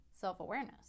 self-awareness